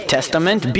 Testament